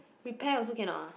repair also cannot ah